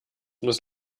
muss